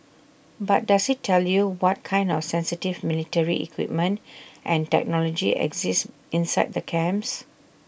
but does IT tell you what kind of sensitive military equipment and technology exist inside the camps